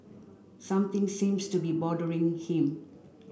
something seems to be bothering him